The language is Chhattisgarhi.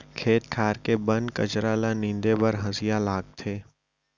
खेत खार के बन कचरा ल नींदे बर हँसिया लागथे